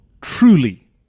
truly